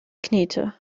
knete